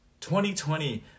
2020